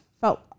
felt